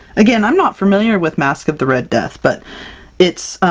again, i'm not familiar with masque of the red death, but it's,